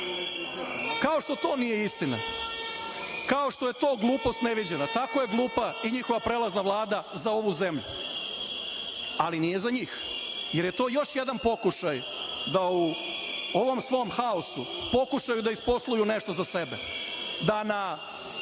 Kao što to nije istina, kao što je to glupost neviđena, tako je glupa i njihova prelazna vlada za ovu zemlju, ali nije za njih, jer je to još jedan pokušaj da u ovom svom haosu, pokušaju da isposluju nešto za sebe, da na